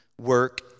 work